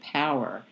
power